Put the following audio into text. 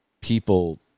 people